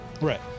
Right